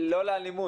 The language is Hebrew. לאלימות.